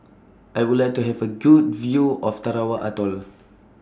I Would like to Have A Good View of Tarawa Atoll